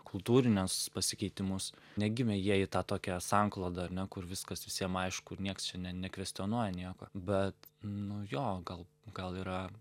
kultūrinius pasikeitimus negimė jie į tą tokią sanklodą ane kur viskas visiem aišku ir nieks čia ne nekvestionuoja nieko bet nu jo gal gal yra